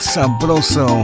Sabroso